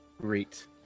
Great